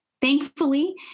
Thankfully